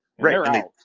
Right